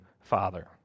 Father